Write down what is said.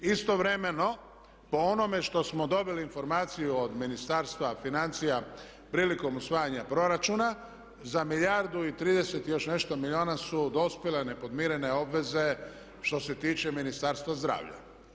Istovremeno po onome što smo dobili informaciju od Ministarstva financija prilikom usvajanja proračuna za milijardu i 30 i još nešto milijuna su dospjele nepodmirene obveze što se tiče Ministarstva zdravlja.